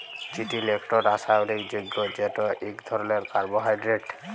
চিটিল ইকট রাসায়লিক যগ্য যেট ইক ধরলের কার্বোহাইড্রেট